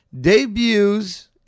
debuts